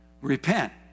Repent